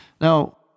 Now